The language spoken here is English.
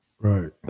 right